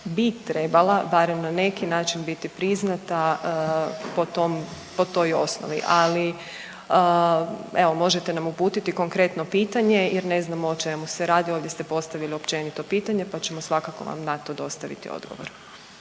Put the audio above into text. bi trebala barem na neki način biti priznata po tom, po toj osnovi, ali evo možete nam uputiti konkretno pitanje jer ne znamo o čemu se radi, ovdje ste postavili općenito pitanje, pa ćemo svakako vam na to dostaviti odgovor.